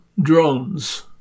drones